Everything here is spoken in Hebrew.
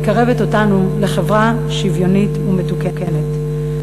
מקרבת אותנו לחברה שוויונית ומתוקנת.